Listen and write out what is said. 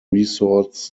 resorts